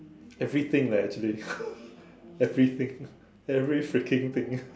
everything leh actually everything every freaking thing